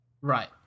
Right